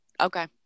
Okay